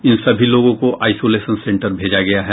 इन सभी लोगों को आईसोलेशन सेंटर भेजा गया है